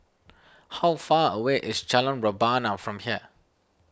how far away is Jalan Rebana from here